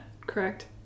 Correct